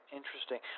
interesting